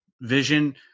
vision